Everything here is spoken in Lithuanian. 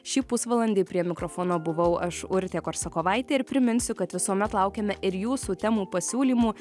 šį pusvalandį prie mikrofono buvau aš urtė korsakovaitė ir priminsiu kad visuomet laukiame ir jūsų temų pasiūlymų